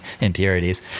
impurities